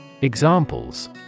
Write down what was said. Examples